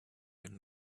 and